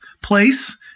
place